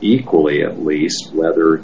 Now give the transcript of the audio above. equally at least whether